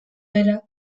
era